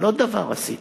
אבל עוד דבר עשיתי.